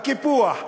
הקיפוח,